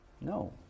No